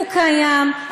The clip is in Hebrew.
הוא קיים.